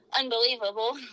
unbelievable